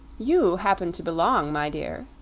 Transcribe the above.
you happen to belong, my dear,